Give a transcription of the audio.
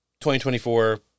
2024